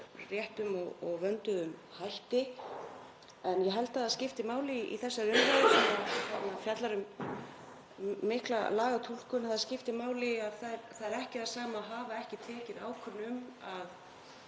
réttum og vönduðum hætti. En ég held að það skipti máli í þessari umræðu sem fjallar um mikla lagatúlkun að það er ekki það sama að hafa ekki tekið ákvörðun um það